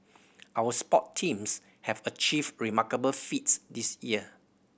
our sport teams have achieved remarkable feats this year